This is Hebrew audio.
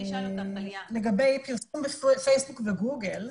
לגבי פרסום בפייסבוק וגוגל.